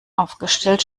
aufgestellt